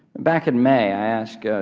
back in may i asked a